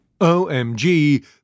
OMG